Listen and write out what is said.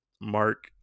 Mark